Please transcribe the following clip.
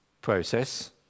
process